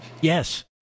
Yes